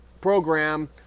program